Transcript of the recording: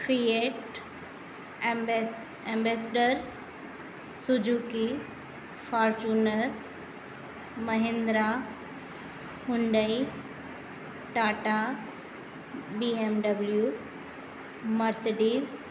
fiat एम्बैस Ambassador Suzuki Fortuner Mahindra Hyundai Tata B M W Mercedes